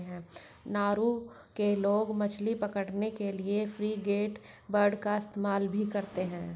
Nauru के लोग मछली पकड़ने के लिए फ्रिगेटबर्ड का इस्तेमाल भी करते हैं